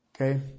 Okay